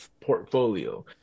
portfolio